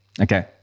Okay